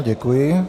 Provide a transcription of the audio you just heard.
Děkuji.